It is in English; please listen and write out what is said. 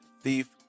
Thief